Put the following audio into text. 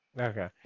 Okay